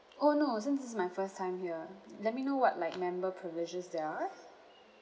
oh no since this is my first time here let me know what like member privileges there are